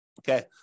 Okay